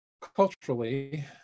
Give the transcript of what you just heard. Culturally